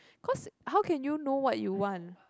cause how can you know what you want